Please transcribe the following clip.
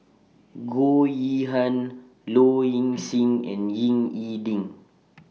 Goh Yihan Low Ing Sing and Ying E Ding